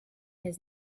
his